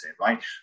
right